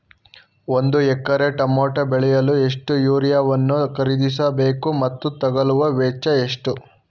ಒಂದು ಎಕರೆ ಟಮೋಟ ಬೆಳೆಯಲು ಎಷ್ಟು ಯೂರಿಯಾವನ್ನು ಖರೀದಿಸ ಬೇಕು ಮತ್ತು ತಗಲುವ ವೆಚ್ಚ ಎಷ್ಟು?